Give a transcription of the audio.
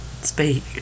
Speak